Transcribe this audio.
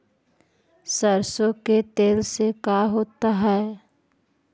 सरसों के तेल से का होता है?